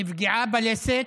נפגעה בלסת,